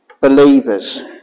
Believers